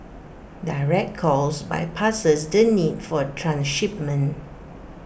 direct calls bypasses the need for transshipment